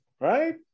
right